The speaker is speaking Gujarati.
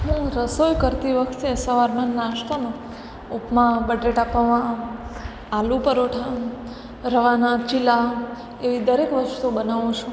હું રસોઈ કરતી વખતે સવારનાં નાસ્તામાં ઉપમા બટેટા પૌઆ આલુ પરોઠા રવાના ચીલા એવી દરેક વસ્તુઓ બનાવું છું